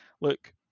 look